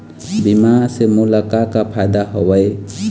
बीमा से मोला का का फायदा हवए?